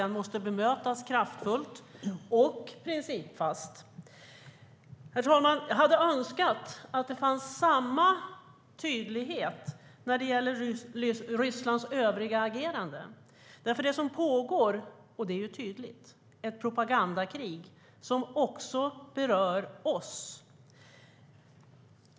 Det måste bemötas kraftfullt och principfast. Herr talman! Jag hade önskat att det fanns samma tydlighet när det gäller Rysslands övriga agerande. Det som pågår - det är tydligt - är nämligen ett propagandakrig, som också berör oss.